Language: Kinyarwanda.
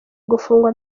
gufungwa